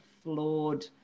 flawed